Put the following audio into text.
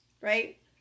right